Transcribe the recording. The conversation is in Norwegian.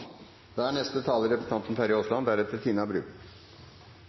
da står representanten Tina Bru